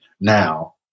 now –